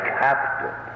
captain